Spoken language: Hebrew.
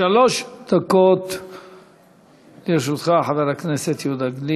שלוש דקות לרשותך, חבר הכנסת יהודה